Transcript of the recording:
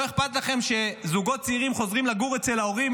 לא אכפת לכם שזוגות צעירים חוזרים לגור אצל ההורים